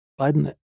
Biden